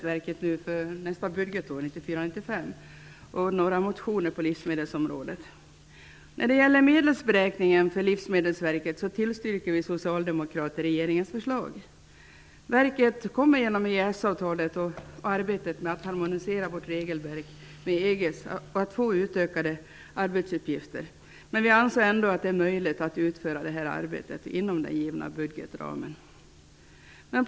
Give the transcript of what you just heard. Herr talman! Vi skall nu behandla anslagen till När det gäller medelsberäkningen för Livsmedelsverket tillstyrker vi socialdemokrater regeringens förslag. Verket kommer genom EES avtalet och arbetet med att harmonisera vårt regelverk med EG:s att få utökade arbetsuppgifter. Vi anser ändå att det är möjligt att utföra det arbetet inom den givna budgetramen.